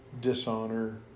dishonor